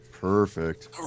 Perfect